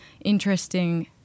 interesting